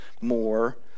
more